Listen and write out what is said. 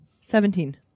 Seventeen